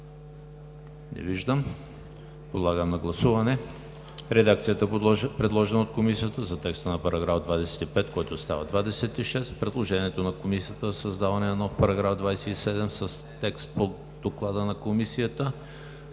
Не виждам. Подлагам на гласуване